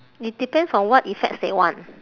it depends on what effects they want